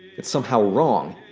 it's somehow wrong.